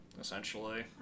essentially